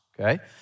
okay